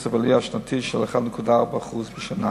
קצב עלייה שנתי של 1.4% בשנה.